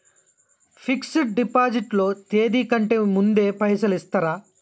Fix డ్ deposit లో తేది కంటే ముందే పైసలు ఇత్తరా?